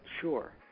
sure